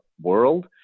world